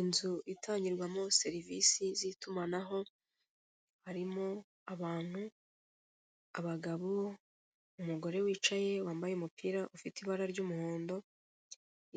Inzu itangirwamo serivisi z'itumanaho, harimo abantu, abagabo, umugore wicaye wambaye umupira ufite ibara ry'umuhondo,